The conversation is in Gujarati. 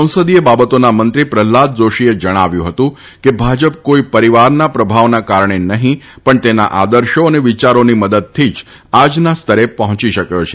સંસદિય બાબતોના મંત્રી પ્રહલાદ જાશીએ જણાવ્યું હતું કે ભાજપ કોઇ આભાર નિહારીકા રવિયા પરિવારના પ્રભાવના કારણે નહીં પણ તેના આદર્શો અને વિયારોની મદદથી જ આજના સ્તરે પહોંચી શક્યો છે